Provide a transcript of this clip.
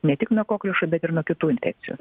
ne tik nuo kokliušo bet ir nuo kitų infekcijų